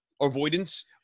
avoidance